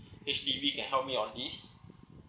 H_D_B can help me on this